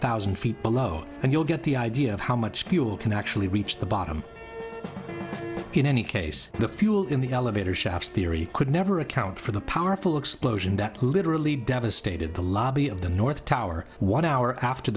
thousand feet below and you'll get the idea of how much fuel can actually reach the bottom in any case the fuel in the elevator shaft theory could never account for the powerful explosion that literally devastated the lobby of the north tower one hour after